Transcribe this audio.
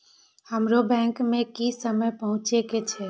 हमरो बैंक में की समय पहुँचे के छै?